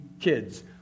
kids